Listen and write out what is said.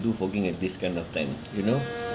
do fogging at this kind of time you know